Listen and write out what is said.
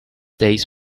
days